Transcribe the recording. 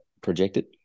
projected